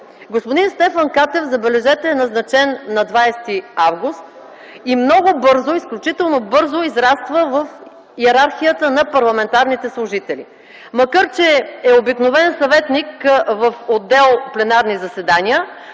господин Стефан Катев е назначен на 20 август м.г. и много бързо, изключително бързо израства в йерархията на парламентарните служители. Макар че е обикновен съветник в отдел „Пленарни заседания”,